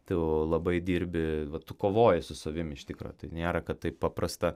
tu labai dirbi tu kovoji su savim iš tikro tai nėra kad taip paprasta